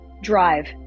drive